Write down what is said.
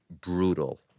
Brutal